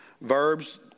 verbs